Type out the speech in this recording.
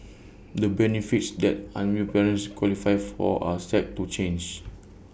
the benefits that unwed parents qualify for are set to change